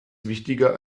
wichtiger